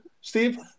Steve